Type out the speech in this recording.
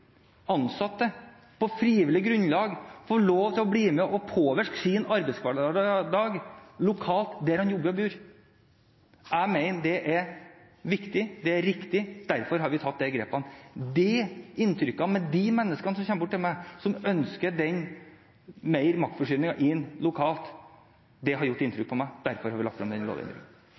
ansatte på frivillig grunnlag få lov til å bli med og påvirke sin arbeidshverdag lokalt, der man jobber og bor? Jeg mener at det er viktig og riktig, og derfor har vi tatt disse grepene. De menneskene som kommer til meg, og som ønsker mer maktforskyvning lokalt, har gjort